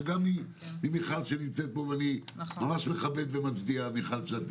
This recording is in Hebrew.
וגם מיכל רוזין שכאן איתנו ואני מעריך את זה שהיא פה,